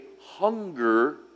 hunger